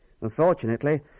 Unfortunately